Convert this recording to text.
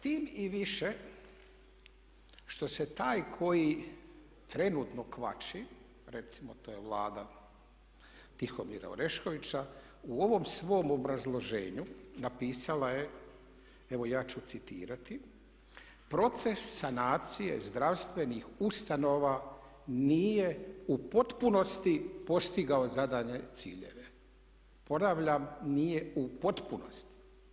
Tim i više što se taj koji trenutno kvači, recimo to je Vlada Tihomira Oreškovića u ovom svom obrazloženju napisala je, evo ja ću citirati: "Proces sanacije zdravstvenih ustanova nije u potpunosti postigao zadane ciljeve." Ponavljam nije u potpunosti.